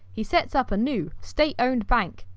he sets up a new, state-owned, bank,